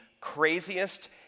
craziest